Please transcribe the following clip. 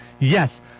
Yes